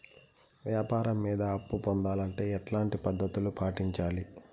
వ్యాపారం మీద అప్పు పొందాలంటే ఎట్లాంటి పద్ధతులు పాటించాలి?